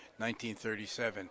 1937